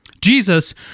Jesus